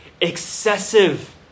excessive